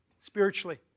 Spiritually